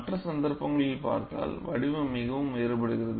மற்ற சந்தர்ப்பங்களில் பார்த்தால் வடிவம் மிகவும் வேறுபடுகிறது